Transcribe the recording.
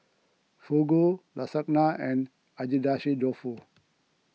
Fugu Lasagna and Agedashi Dofu